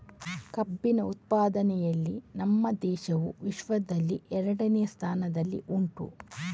ಕಬ್ಬಿನ ಉತ್ಪಾದನೆಯಲ್ಲಿ ನಮ್ಮ ದೇಶವು ವಿಶ್ವದಲ್ಲಿ ಎರಡನೆಯ ಸ್ಥಾನದಲ್ಲಿ ಉಂಟು